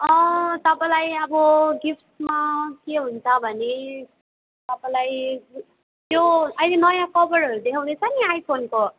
अँ तपाईँलाई अब गिफ्टमा के हुन्छ भने तपाईँलाई त्यो अहिले नयाँ कभरहरू देखाउँदै छ नि आइफोनको